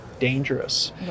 Dangerous